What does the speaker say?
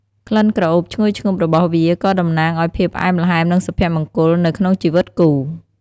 ក្លិនក្រអូបឈ្ងុយឈ្ងប់របស់វាក៏តំណាងឱ្យភាពផ្អែមល្ហែម និងសុភមង្គលនៅក្នុងជីវិតគូ។